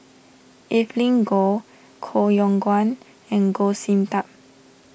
Evelyn Goh Koh Yong Guan and Goh Sin Tub